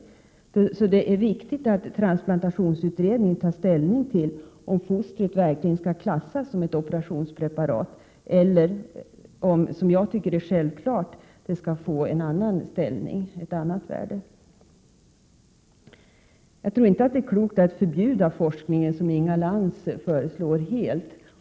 8 juni 1988 Så det är viktigt att transplantationsutredningen tar ställning till om fostret verkligen skall klassas som ett operationspreparat eller om det, vilket jag tycker är självklart, skall få ett annat värde. Jag tror inte att det är klokt att helt förbjuda forskningen, som Inga Lantz föreslår.